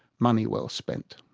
money well spent.